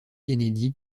kennedy